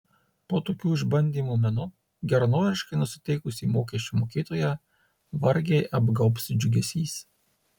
po tokių išbandymų menu geranoriškai nusiteikusį mokesčių mokėtoją vargiai apgaubs džiugesys